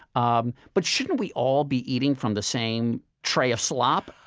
um but shouldn't we all be eating from the same tray of slop?